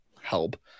help